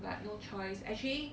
I have no choice actually